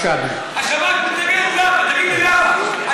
אני שוקל לתמוך בחוק, הוא שמע אותך.